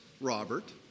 Robert